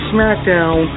Smackdown